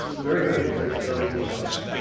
very, very encouraging early results.